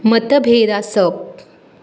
मतभेद आसप